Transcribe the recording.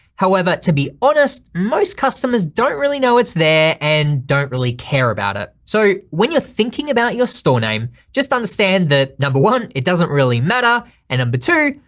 however to be honest most customers don't really know it's there and don't really care about it. so when you're thinking about your store name, just understand that number one, it doesn't really matter and number um but two,